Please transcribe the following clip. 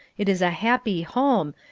it is a happy home,